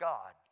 God